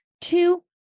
two